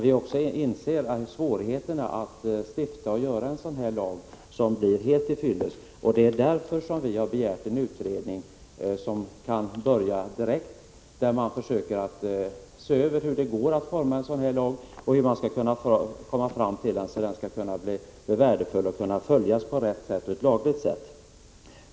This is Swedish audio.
Vi inser dock svårigheterna med att stifta en lag som blir helt till fyllest, och därför har vi begärt en utredning, vilken kan börja arbeta direkt och se över möjligheterna att utforma en sådan lag, som blir värdefull och kan följas på ett riktigt sätt.